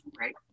Right